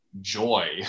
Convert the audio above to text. joy